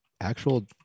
Actual